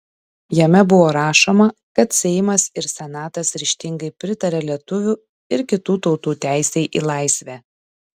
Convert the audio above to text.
jame buvo rašoma kad seimas ir senatas ryžtingai pritaria lietuvių ir kitų tautų teisei į laisvę